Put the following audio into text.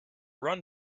run